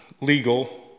legal